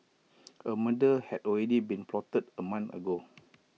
A murder had already been plotted A month ago